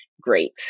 great